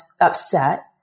upset